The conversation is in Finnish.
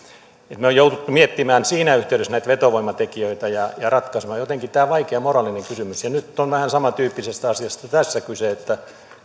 me olemme joutuneet miettimään siinä yhteydessä näitä vetovoimatekijöitä ja ratkaisemaan jotenkin tämä on vaikea moraalinen kysymys ja nyt on vähän samantyyppisestä asiasta tässä kyse että